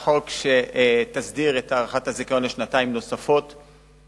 תועבר לוועדת הפנים והגנת הסביבה להמשך